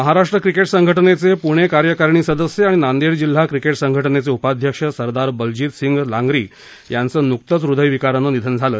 Maharashtra cricket संघटनेचे पृणे कार्यकारिणी सदस्य आणि नांदेड जिल्हा क्रिकेट संघटनेचे उपाध्यक्ष सरदार बलजीत सिंघ लांगरी यांचं नुकतंच हुदय विकारानं निधन झालं